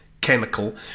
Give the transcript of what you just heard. chemical